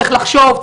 צריך לחשוב,